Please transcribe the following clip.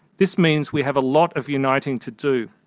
this means we have a lot of uniting to do.